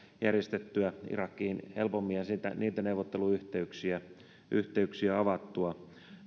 järjestettyä irakiin helpommin ja niitä neuvotteluyhteyksiä avattua